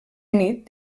nit